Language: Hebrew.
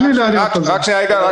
אתה